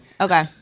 Okay